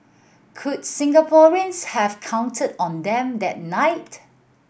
could Singaporeans have counted on them that night